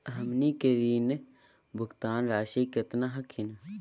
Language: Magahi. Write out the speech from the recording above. हमनी के ऋण भुगतान रासी केतना हखिन?